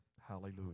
Hallelujah